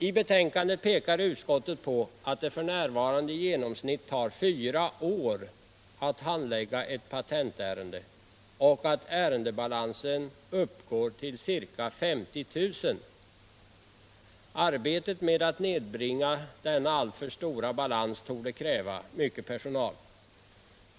I betänkandet pekar utskottet på att det f.n. i genomsnitt tar fyra år att handlägga ett patentärende och att ärendebalansen uppgår till ca 50 000. Arbetet med att nedbringa denna alltför störa balans torde kräva stor personal.